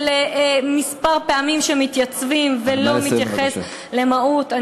מספר פעמים שמתייצבים ולא מתייחס למהות.